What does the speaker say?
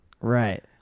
right